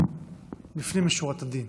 לפנים משורת הדין.